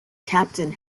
captain